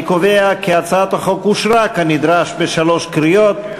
אני קובע כי הצעת החוק אושרה כנדרש בשלוש קריאות,